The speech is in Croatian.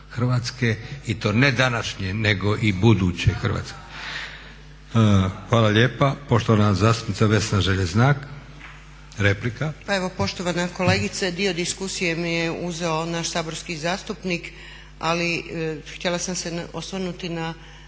Hrvatske i to ne današnje nego i buduće Hrvatske.